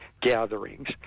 gatherings